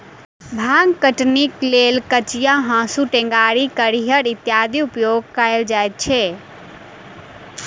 भांग कटनीक लेल कचिया, हाँसू, टेंगारी, कुरिहर इत्यादिक उपयोग कयल जाइत छै